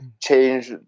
change